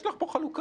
יש לך פה חלוקה